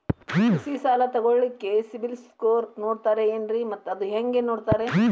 ಕೃಷಿ ಸಾಲ ತಗೋಳಿಕ್ಕೆ ಸಿಬಿಲ್ ಸ್ಕೋರ್ ನೋಡ್ತಾರೆ ಏನ್ರಿ ಮತ್ತ ಅದು ಹೆಂಗೆ ನೋಡ್ತಾರೇ?